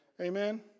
Amen